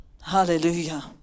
Hallelujah